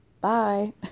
Bye